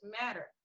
matter